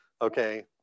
okay